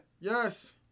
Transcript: Yes